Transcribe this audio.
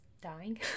dying